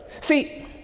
See